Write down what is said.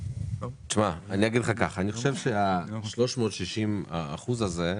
אני אגיד לך שאני חושב ש-360 האחוזים האלה,